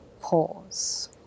pause